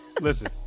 listen